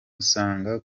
usanga